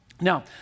Now